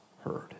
heard